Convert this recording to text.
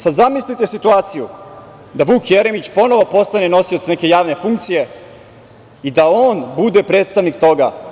Sada zamislite situaciju da Vuk Jeremić ponovo postane nosilac neke javne funkcije i da on bude predstavnik toga.